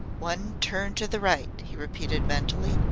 one turn to the right, he repeated mentally,